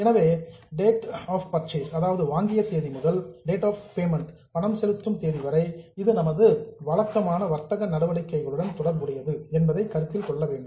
எனவே date of purchase வாங்கிய தேதி முதல் டேட் ஆஃப் பேமெண்ட் பணம் செலுத்தும் தேதி வரை இது நமது வழக்கமான வர்த்தக நடவடிக்கைகளுடன் தொடர்புடையது என்பதை கருத்தில் கொள்ள வேண்டும்